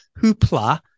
hoopla